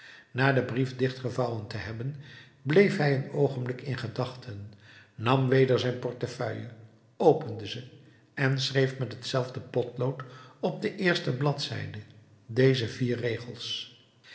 na den brief dichtgevouwen te hebben bleef hij een oogenblik in gedachten nam weder zijn portefeuille opende ze en schreef met hetzelfde potlood op de eerste bladzijde deze vier regels